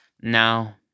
Now